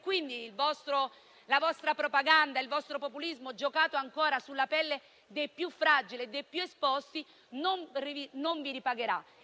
Quindi, la vostra propaganda, il vostro populismo, giocato ancora sulla pelle dei più fragili e dei più esposti, non vi ripagherà